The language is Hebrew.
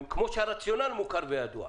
כפי שהרציונל מוכר וידוע.